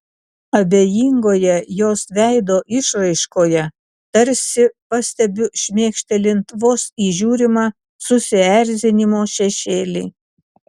abejingoje jos veido išraiškoje tarsi pastebiu šmėkštelint vos įžiūrimą susierzinimo šešėlį